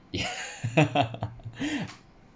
yeah